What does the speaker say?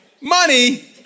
money